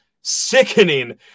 sickening